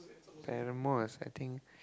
paramour is I think